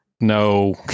No